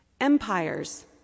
Empires